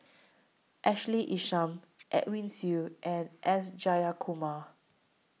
Ashley Isham Edwin Siew and S Jayakumar